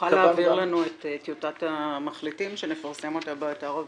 תוכל להעביר לנו את טיוטת המחליטים כדי שנפרסם אותה באתר הוועדה?